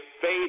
faith